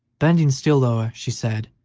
bending still lower, she said,